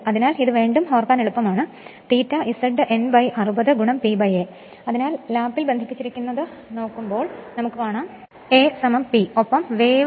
അതിനാൽ ഇത് വീണ്ടും ഓർക്കാൻ എളുപ്പമാണ് ഇത് ∅ Z N 60 P A ആണ്